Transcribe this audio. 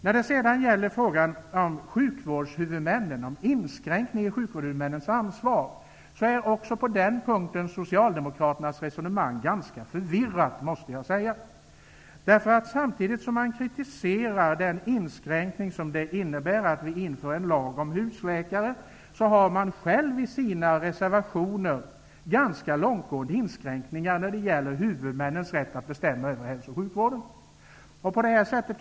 När det sedan gäller frågan om inskränkningen av sjukvårdshuvudmännens ansvar är socialdemokraternas resonemang också på den punkten ganska förvirrat, måste jag säga. Samtidigt som socialdemokraterna kritiserar den inskränkning som införandet av lagen om husläkare innebär har de själva i sina reservationer ganska långtgående inskränkningar när det gäller huvudmännens rätt att bestämma över hälso och sjukvården.